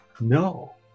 No